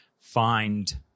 find